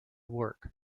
work